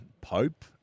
Pope